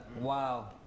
Wow